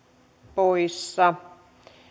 poissa